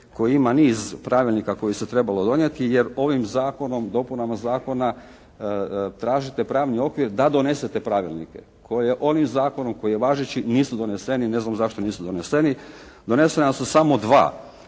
koji ima niz pravilnika koje se trebalo donijeti, jer ovim zakonom, dopunama zakona tražite pravni okvir da donese te pravilnike koji ovim zakonom koji je važeći nisu doneseni, neznam zašto nisu doneseni. Donesena su samo dva